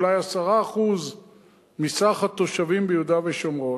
אולי 10% מהתושבים ביהודה ושומרון,